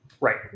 Right